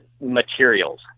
materials